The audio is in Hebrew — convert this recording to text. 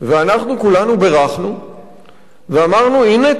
ואנחנו כולנו בירכנו ואמרנו: הנה,